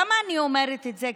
למה אני אומרת את זה?